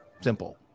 simple